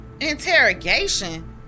Interrogation